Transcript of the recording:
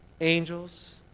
angels